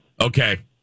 Okay